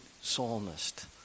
psalmist